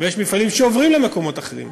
ויש מפעלים שעוברים למקומות אחרים.